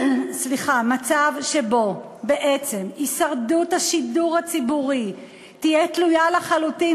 מצב שבו הישרדות השידור הציבורי תהיה תלויה לחלוטין